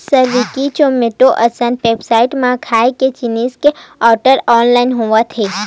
Swiggy, Zomato असन website म खाए के जिनिस के आरडर ऑनलाइन होवत हे